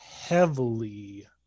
heavily